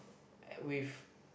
with